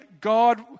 God